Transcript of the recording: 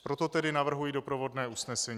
Proto navrhuji doprovodné usnesení: